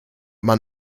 man